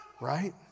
right